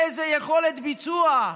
איזו יכולת ביצוע: